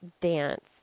dance